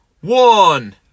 one